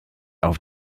auf